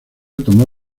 tomó